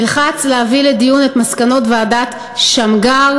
נלחץ להביא לדיון את מסקנות ועדת שמגר.